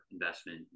investment